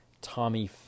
Tommy